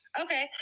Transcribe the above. Okay